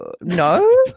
no